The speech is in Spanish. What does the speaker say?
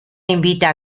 invita